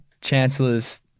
Chancellor's